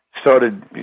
started